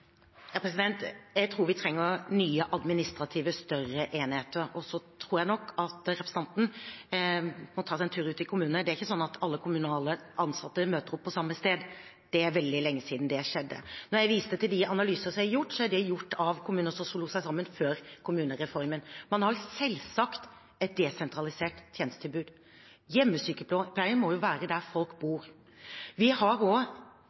Jeg tror vi trenger nye administrativt større enheter. Og så tror jeg nok at representanten må ta seg en tur ut i kommunene, det er ikke sånn at alle kommunalt ansatte møter opp på samme sted, det er veldig lenge siden det skjedde. Når jeg viste til analyser som er gjort, er de gjort av kommuner som slo seg sammen før kommunereformen. Man har selvsagt et desentralisert tjenestetilbud. Hjemmesykepleien må jo være der folk bor. Vi har